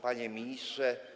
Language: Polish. Panie Ministrze!